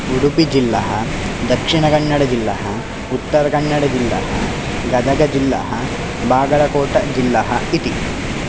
उडुपिजिल्ला दक्षिणकन्नडजिल्ला उत्तरकन्नडजिल्ला गदगजिल्ला बागलकोटजिल्ला इति